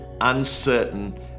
uncertain